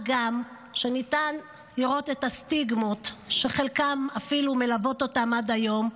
מה גם שניתן לראות את הסטיגמות שחלקן אפילו מלוות אותם עד היום,